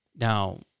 Now